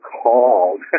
called